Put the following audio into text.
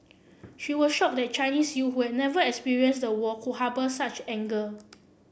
she was shocked that Chinese youth who had never experienced the war could harbour such anger